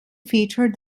feature